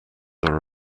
are